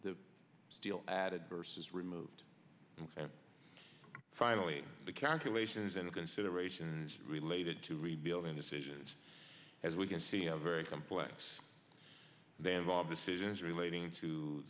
the steel added versus removed and finally the calculations and considerations related to rebuilding decisions as we can see are very complex them all decisions relating to